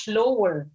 lower